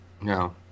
No